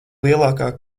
lielākā